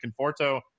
Conforto